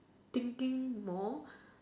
thinking more